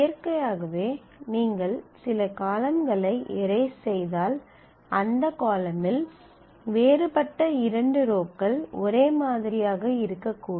இயற்கையாகவே நீங்கள் சில காலம்களை எரேஸ் செய்தால் அந்த காலமில் வேறுபட்ட இரண்டு ரோக்கள் ஒரே மாதிரியாக இருக்கக்கூடும்